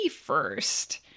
first